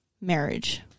marriage